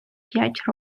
п’ять